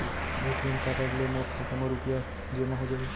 का ATM card ले मोर खाता म रुपिया जेमा हो जाही?